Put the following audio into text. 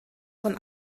von